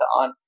on